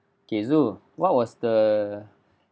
K zul what was the